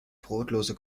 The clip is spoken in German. brotlose